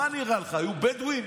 מה נראה לך, היו בדואים?